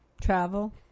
Travel